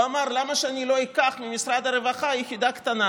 הוא אמר: למה שאני לא אקח ממשרד הרווחה יחידה קטנה?